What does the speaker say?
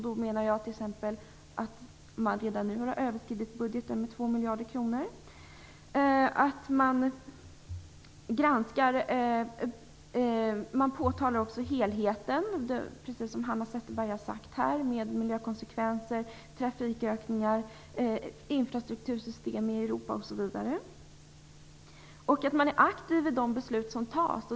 Då menar jag t.ex. att man redan nu har överskridit budgeten med 2 miljarder kronor, att man också påtalar helheten, precis som Hanna Zetterberg har sagt, med miljökonsekvenser, trafikökningar, infrastruktursystem i Europa, och att man är aktiv i de beslut som fattas.